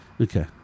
okay